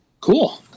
Cool